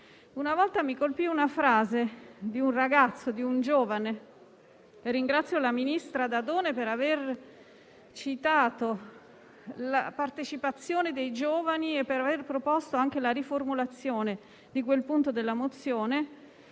Una volta mi colpì la frase di un ragazzo - e ringrazio la ministra Dadone per aver citato la partecipazione dei giovani e per aver proposto la riformulazione di quel punto della mozione